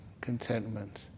contentment